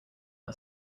are